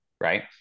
right